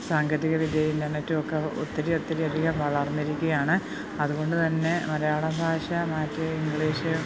സാങ്കേതികവിദ്യയും ഇൻ്റർനെറ്റുമൊക്കെ ഒത്തിരിയൊത്തിരി അധികം വളർന്നിരിക്കുകയാണ് അതുകൊണ്ട് തന്നെ മലയാളഭാഷ മറ്റു ഇംഗ്ലീഷ്